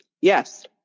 Yes